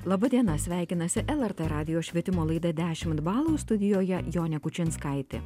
laba diena sveikinasi lrt radijo švietimo laida dešimt balų studijoje jonė kučinskaitė